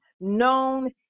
known